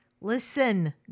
Listen